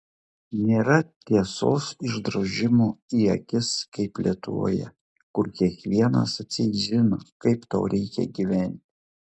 nėra tiesos išdrožimo į akis kaip lietuvoje kur kiekvienas atseit žino kaip tau reikia gyventi